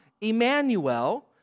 Emmanuel